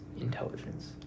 intelligence